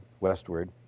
Westward